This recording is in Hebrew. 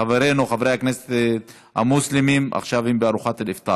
חברינו חברי הכנסת המוסלמים עכשיו בארוחת ערב.